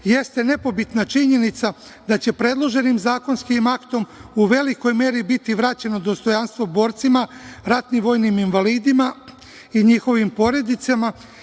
jeste nepobitna činjenica da će predloženim zakonskim aktom u velikoj meri biti vraćeno dostojanstvo borcima, ratnim vojnim invalidima i njihovim porodicama,